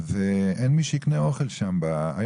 ואין מי שיקנה שם אוכל.